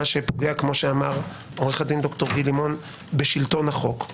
שפוגע כפי שאמר ד"ר גיל לימון בשלטון החוק,